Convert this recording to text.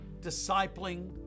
discipling